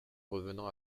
revenant